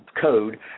code